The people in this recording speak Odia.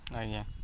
ଆଜ୍ଞା